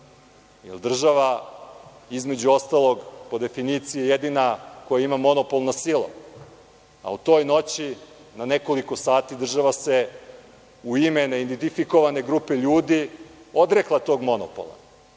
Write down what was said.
jer država, između ostalog, po definiciji je jedina koja ima monopol nad silom. U toj noći, na nekoliko sati država se u ime neidentifikovane grupe ljudi odrekla tog monopola.